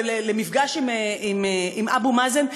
למפגש עם אבו מאזן.